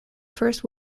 first